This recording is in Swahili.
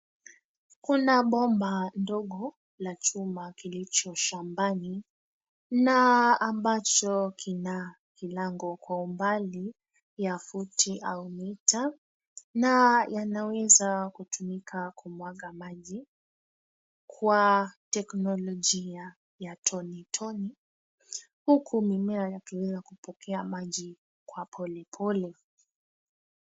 Kuna bomba dogo la chuma kilicho shamabai. Na ambacho kina kilango kwa umbali ya futi au mita. Na yanaweza kutumika kumwaga maji wa teknolojia ya tone tone, huku mimea yakiweza kupokea maji kwa polepole.